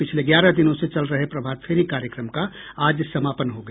पिछले ग्यारह दिनों से चल रहे प्रभातफेरी कार्यक्रम का आज समापन हो गया